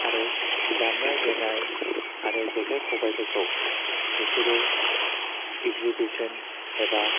आरो दामनाय देनाय आरो जेखाय खबायफोरखौ बिसोरो इग्जिबिसन एबा